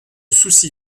souci